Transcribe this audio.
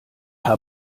herr